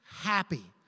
happy